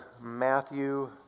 Matthew